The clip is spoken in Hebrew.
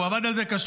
הוא עבד על זה קשה,